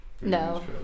No